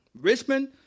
Richmond